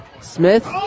Smith